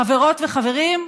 חברות וחברים,